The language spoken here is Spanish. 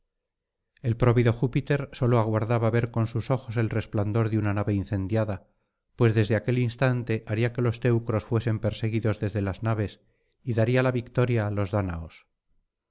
el próvido júpiter sólo aguardaba ver con sus ojos el resplandor de una nave incendiada pues desde aquel instante haría que los teucros fuesen perseguidos desde las naves y daría la victoria á los dáñaos